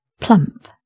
plump